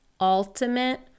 ultimate